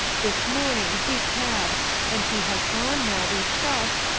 this morning he passed, and he has gone now, we trust,